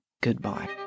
goodbye